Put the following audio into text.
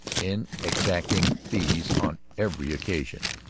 in exacting fees on every occasion.